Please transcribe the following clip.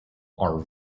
are